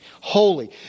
Holy